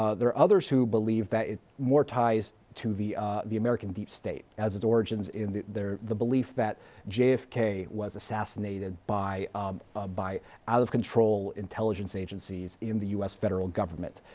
ah there are others who believe that more ties to the the american deep state as its origins in there, the belief that jfk was was assassinated by ah by out of control intelligence agencies in the u s federal government.